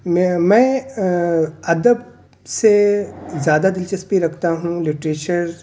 میں میں ادب سے زیادہ دلچسپی رکھتا ہوں لٹریچر